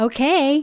Okay